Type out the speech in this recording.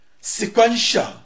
sequential